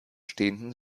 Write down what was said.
stehenden